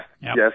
Yes